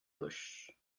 bush